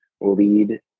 lead